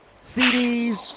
CDs